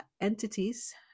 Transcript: entities